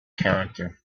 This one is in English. character